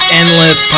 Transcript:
endless